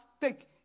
take